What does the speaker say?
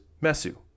mesu